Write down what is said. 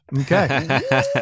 Okay